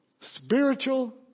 spiritual